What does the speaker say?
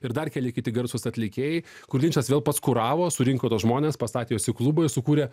ir dar keli kiti garsūs atlikėjai kur linčas vėl pats kuravo surinko tuos žmones pastatė juos į klubą ir sukūrė